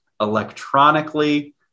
electronically